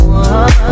one